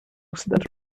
centro